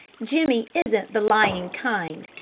jimmie isn't the lying kind.